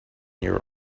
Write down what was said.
you